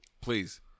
please